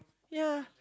ya